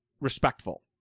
respectful